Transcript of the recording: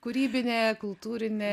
kūrybinė kultūrinė